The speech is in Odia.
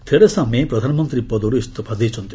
ଥେରେସା ମେ ପ୍ରଧାନମନ୍ତ୍ରୀ ପଦରୁ ଇସଫା ଦେଇଛନ୍ତି